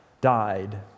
died